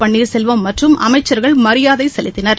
பள்ளீர்செல்வம் மற்றும் அமைச்சர்கள் மரியாதை செலுத்தினர்